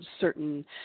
certain